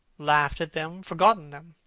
laughed at them, forgotten them.